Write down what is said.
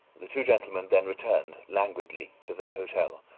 the two gentlemen then returned, languidly, to their hotel,